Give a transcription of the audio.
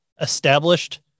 established